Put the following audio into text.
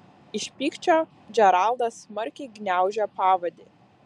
iš pykčio džeraldas smarkiai gniaužė pavadį